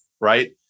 right